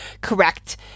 correct